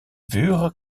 vuur